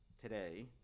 today